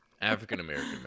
african-american